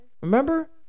Remember